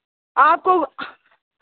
आपको